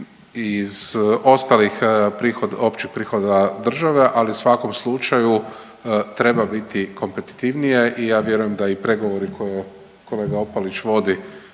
iz ostalih prihod, općih prihoda države, ali u svakom slučaju, treba biti kompetitivnije i ja vjerujem da i pregovori koje kolega Opalić vodi